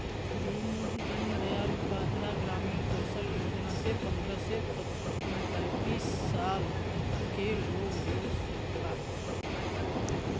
दीन दयाल उपाध्याय ग्रामीण कौशल योजना से पंद्रह से पैतींस साल क लोग जुड़ सकला